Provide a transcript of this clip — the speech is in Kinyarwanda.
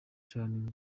cyane